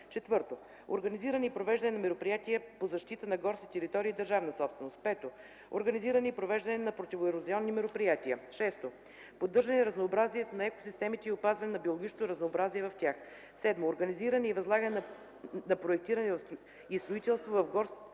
4. организиране и провеждане на мероприятия по защита на горските територии – държавна собственост; 5. организиране и провеждане на противоерозионни мероприятия; 6. поддържане разнообразието на екосистемите и опазване на биологичното разнообразие в тях; 7. организиране и възлагане на проектирането и строителството в горите и земите